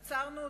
עצרנו,